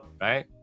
Right